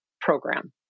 program